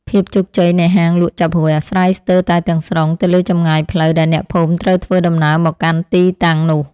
ភាពជោគជ័យនៃហាងលក់ចាប់ហួយអាស្រ័យស្ទើរតែទាំងស្រុងទៅលើចម្ងាយផ្លូវដែលអ្នកភូមិត្រូវធ្វើដំណើរមកកាន់ទីតាំងនោះ។